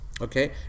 Okay